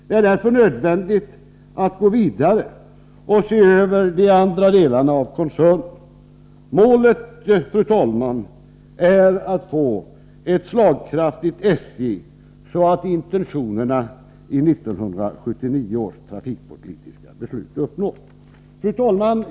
Det är därför nödvändigt att gå vidare och se över de andra delarna av koncernen. Målet, fru talman, är att få ett slagkraftigt SJ, så att intentionerna i 1979 års trafikpolitiska beslut uppnås. Fru talman!